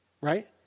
right